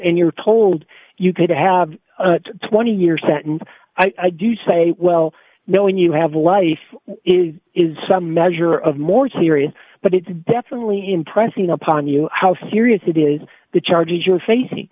and you're told you could have a twenty year sentence i do say well you know when you have life is is some measure of more serious but it's definitely impressing upon you how serious it is the charges you're facing